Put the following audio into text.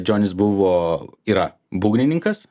džonis buvo yra būgnininkas